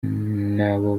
n’abo